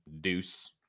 Deuce